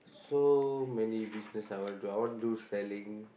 so many business I wanna do I wanna do selling